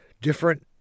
different